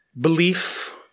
belief